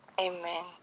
Amen